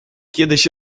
kiedyś